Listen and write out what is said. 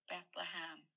Bethlehem